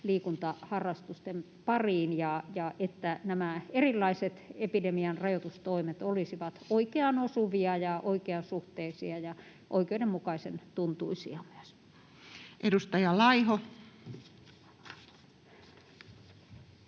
liikuntaharrastusten pariin ja että nämä erilaiset epidemian rajoitustoimet olisivat oikeaan osuvia ja oikeasuhtaisia ja oikeudenmukaisen tuntuisia myös. Edustaja Laiho.